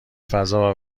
فضا